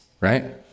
right